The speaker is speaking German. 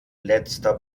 letzter